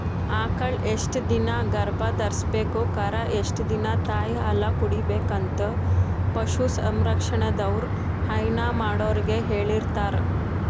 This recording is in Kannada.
ಆಕಳ್ ಎಷ್ಟ್ ದಿನಾ ಗರ್ಭಧರ್ಸ್ಬೇಕು ಕರಾ ಎಷ್ಟ್ ದಿನಾ ತಾಯಿಹಾಲ್ ಕುಡಿಬೆಕಂತ್ ಪಶು ಸಂರಕ್ಷಣೆದವ್ರು ಹೈನಾ ಮಾಡೊರಿಗ್ ಹೇಳಿರ್ತಾರ್